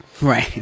Right